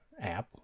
app